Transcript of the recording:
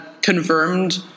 confirmed